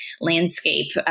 landscape